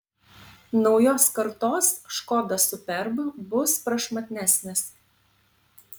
naujos kartos škoda superb bus prašmatnesnis